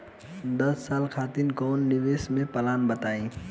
दस साल खातिर कोई निवेश के प्लान बताई?